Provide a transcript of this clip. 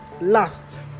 last